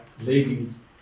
ladies